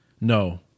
No